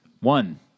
One